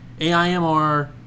aimr